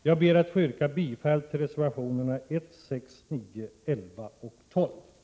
Jag yrkar bifall till reservationerna 1, 6, 9, 11 och 13.